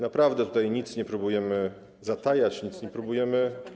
Naprawdę tutaj nic nie próbujemy zatajać, nic nie próbujemy oszukiwać.